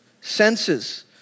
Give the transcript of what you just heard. senses